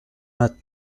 vingt